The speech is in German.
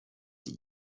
sie